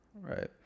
right